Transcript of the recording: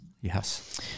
Yes